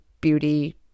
beauty